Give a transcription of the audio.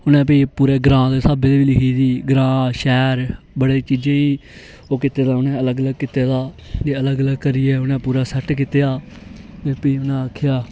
उनें फ्ही पूरे ग्रां दे स्हाबे बी लिखी दी ग्रां शैहर बडे़ चीजें गी ओह् कीते दा उनें अलग अलग कीते दा ते अलग अलग करियै उनें पूरा सेट कीता फ्ही उनें आखेआ